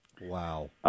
Wow